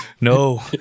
No